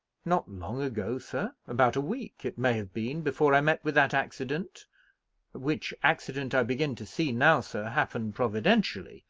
not long ago, sir. about a week, it may have been, before i met with that accident which accident, i begin to see now, sir, happened providentially,